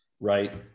right